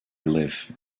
live